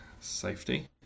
safety